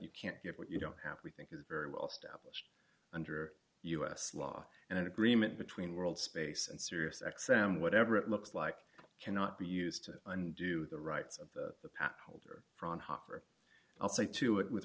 you can't get what you don't have we think is very well established under u s law and an agreement between worldspace and sirius x m whatever it looks like cannot be used to undo the rights of the pap holder frond hoffer i'll say to it with